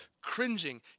cringing